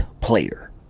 player